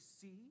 see